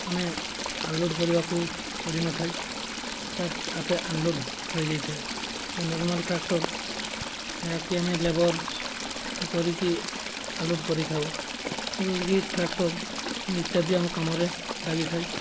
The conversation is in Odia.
ଆମେ ଅନ୍ଲୋଡ଼ କରିବାକୁ ପଡ଼ିନଥାଏ ତା ଆପେ ଅନ୍ଲୋଡ଼ ହୋଇଯାଇଥାଏ ଆଉ ନର୍ମାଲ୍ ଟ୍ରାକ୍ଟର ଯାହାକି ଆମେ ଲେବର କରିକି ଅନ୍ଲୋଡ଼ କରିଥାଉ ଏପରିକି ଟ୍ରାକ୍ଟର ଇତ୍ୟାଦି ଆମ କାମରେ ଲାଗିଥାଏ